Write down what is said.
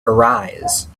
arise